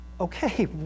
Okay